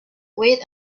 wait